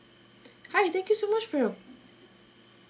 hi thank you so much for your